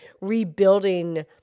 rebuilding